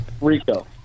Rico